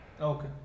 Okay